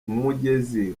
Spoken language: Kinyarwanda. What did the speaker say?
umugezi